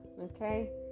okay